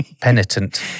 Penitent